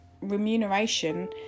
remuneration